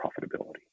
profitability